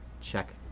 check